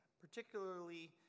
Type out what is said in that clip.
particularly